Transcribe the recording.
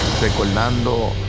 recordando